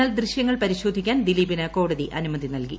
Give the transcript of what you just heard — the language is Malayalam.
എന്നാൽ ദൃശ്യങ്ങൾ പരിശോധിക്കാൻ ദിലീപിന് കോടതി അനുമതി നൽകി